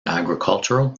agricultural